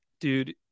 Dude